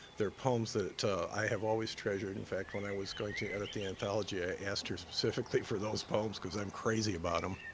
they're poems that i have always treasured. in fact, when i was going to edit the anthology, i asked her specifically for those poems, cause i'm crazy about em.